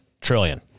trillion